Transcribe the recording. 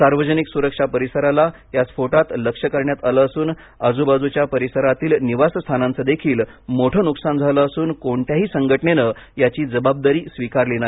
सार्वजनिक सुरक्षा परिसराला या स्फोटात लक्ष्य करण्यात आलं असून आजूबाजूच्या परिसरातील निवासस्थानांचदेखील मोठं नुकसान झालं असून कोणत्याही संघटनेन याची जबाबदारी स्वीकारली नाही